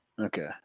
Okay